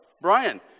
Brian